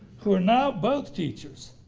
who are now both teachers.